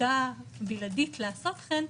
זכותה הבלעדית לעשות כן,